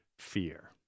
fear